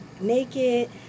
Naked